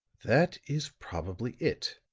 that is probably it,